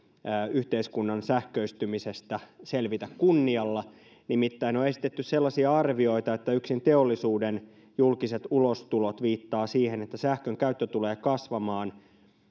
yhteiskunnan sähköistymisestä selvitä kunnialla nimittäin on on esitetty sellaisia arvioita että yksin teollisuuden julkiset ulostulot viittaavat siihen että sähkönkäyttö tulee kasvamaan